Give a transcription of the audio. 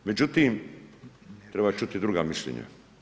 Međutim treba čuti i druga mišljenja.